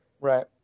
Right